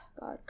God